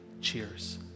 Cheers